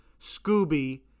scooby